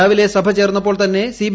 രാവിലെ സഭ ചേർന്നപ്പോൾ തന്നെ സ്റ്റീബി